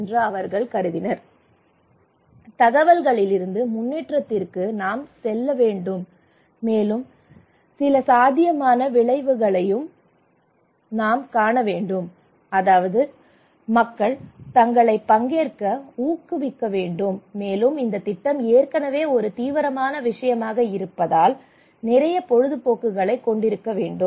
எனவே தகவல்களிலிருந்து முன்னேற்றத்திற்கு நாம் செல்ல வேண்டும் மேலும் சில சாத்தியமான விளைவுகளையும் நாம் காண வேண்டும் அதாவது மக்கள் தங்களை பங்கேற்க ஊக்குவிக்க வேண்டும் மேலும் இந்தத் திட்டம் ஏற்கனவே ஒரு தீவிரமான விஷயமாக இருப்பதால் நிறைய பொழுதுபோக்குகளைக் கொண்டிருக்க வேண்டும்